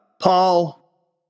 Paul